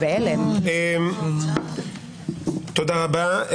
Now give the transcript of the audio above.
תודה רבה.